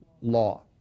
law